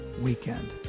weekend